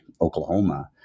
Oklahoma